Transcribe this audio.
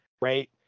right